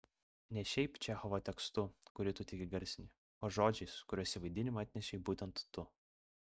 ne šiaip čechovo tekstu kurį tu tik įgarsini o žodžiais kuriuos į vaidinimą atnešei būtent tu